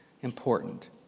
important